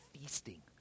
feasting